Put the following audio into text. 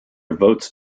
votes